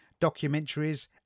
documentaries